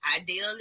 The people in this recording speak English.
Ideally